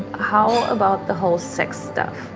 how about the whole sex stuff?